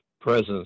presence